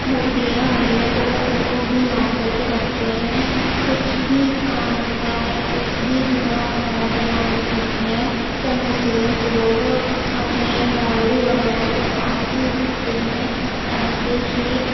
ہوتی ہے ان میں تو وہ ان کو بھی یاد کر کے رکھتے ہیں کچھ بھی کام ہوتا ہے کچھ بھی دعا وغیرہ پڑھوانی ہوتی ہیں تو مسلمس لوگو اپنے مولوی وغیرہ کے پاس ہی جاتے ہیں ایسے ہی